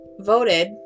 voted